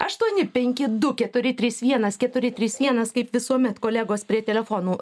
aštuoni penki du keturi trys vienas keturi trys vienas kaip visuomet kolegos prie telefonų